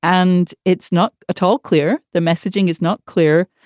and it's not at all clear. the messaging is not clear.